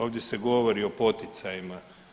Ovdje se govori o poticajima.